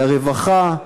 לרווחה,